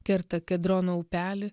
kerta kedrono upelį